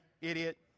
idiot